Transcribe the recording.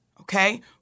okay